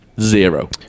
Zero